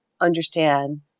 understand